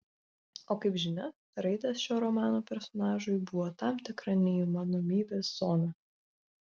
o kaip žinia raidės šio romano personažui buvo tam tikra neįmanomybės zona